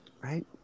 Right